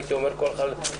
אני מודה לאיתי